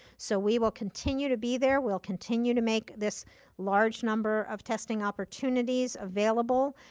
so we will continue to be there, we'll continue to make this large number of testing opportunities available,